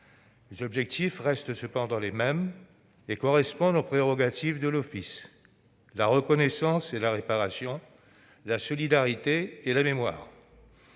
Les objectifs restent cependant les mêmes et correspondent aux prérogatives de ce dernier : la reconnaissance et la réparation, la solidarité et la mémoire.